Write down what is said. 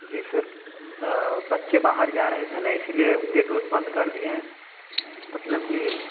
जी sir बच्चे बाहर जा रहे थे ना इसीलिए गेट ओट बंद कर दिए हैं मतलब कि